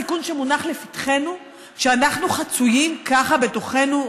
מה גודל הסיכון שמונח לפתחנו כשאנחנו חצויים ככה בתוכנו,